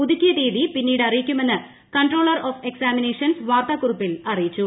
പുതിക്കിയ തീയതി പിന്നീട് അറിയിക്കുമെന്ന് കൺട്രോളർ ഓഫ് എക്സ്ാമിനേഷൻസ് വാർത്താ കുറിപ്പിൽ അറിയിച്ചു